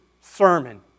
sermon